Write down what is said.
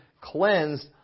cleansed